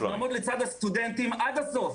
אנחנו נעמוד לצד הסטודנטים עד הסוף.